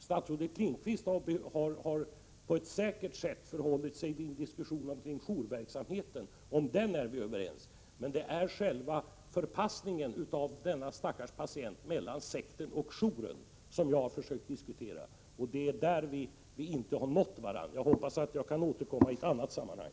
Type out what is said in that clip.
Statsrådet Lindqvist har för säkerhets skull hållit sig till en diskussion om jourverksamheten. Om denna är vi överens, men det jag har försökt diskutera är själva förpassningen av den stackars patienten mellan sekten och jouren, och det är där vi inte har nått varandra. Jag hoppas att jag kan återkomma i ett annat sammanhang.